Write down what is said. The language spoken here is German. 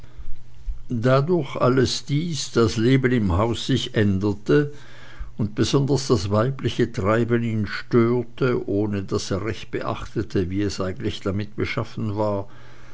durch alles dies das leben im hause sich änderte und besonders das weibliche treiben ihn störte ohne daß er recht beachtete wie es eigentlich damit beschaffen war